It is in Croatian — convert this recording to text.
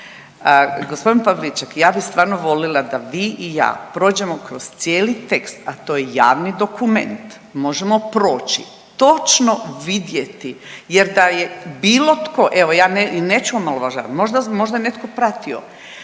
Gospodin Pavliček, ja bi stvarno volila da vi i ja prođemo kroz cijeli tekst, a to je javni dokument, možemo proći i točno vidjeti jer da je bilo tko, evo ja neću omalovažavati, možda, možda je netko pratio,